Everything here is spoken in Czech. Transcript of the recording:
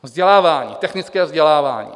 Vzdělávání, technické vzdělávání.